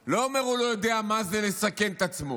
לא אומר שהוא לא יודע מה זה לסכן את עצמו,